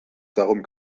darum